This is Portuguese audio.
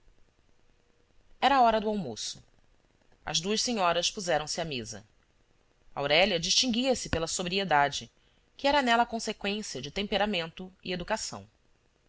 a hora do almoço as duas senhoras puseram-se à mesa aurélia distinguia-se pela sobriedade que era nela a conseqüên cia de temperamento e educação